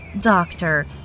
Doctor